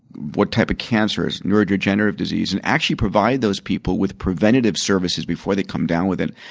what type of cancers? neurodegenerative disease? and actually provide those people with preventative services before they come down with it.